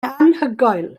anhygoel